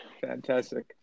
Fantastic